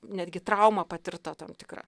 netgi trauma patirta tam tikra